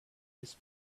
his